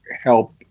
help